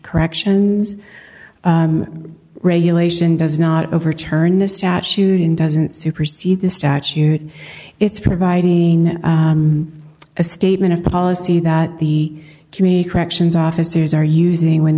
corrections regulation does not overturn the statute in doesn't supersede the statute it's providing a statement of policy that the community corrections officers are using when